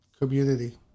Community